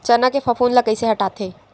चना के फफूंद ल कइसे हटाथे?